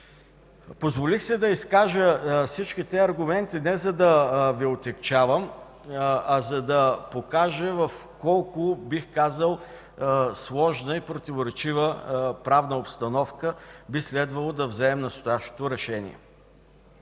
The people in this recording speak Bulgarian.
Позволих си да изкажа всички тези аргументи не за да Ви отегчавам, а за да покажа в колко, бих казал, сложна и противоречива правна обстановка би следвало да вземем настоящето решение.